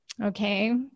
Okay